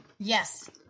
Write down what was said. Yes